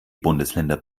bundesländer